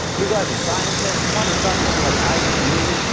you guys are scientists. you probably trust someone like isaac newton.